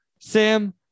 Sam